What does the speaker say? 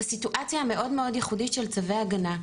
בסיטואציה המאוד ייחודית של צווי הגנה,